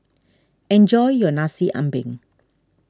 enjoy your Nasi Ambeng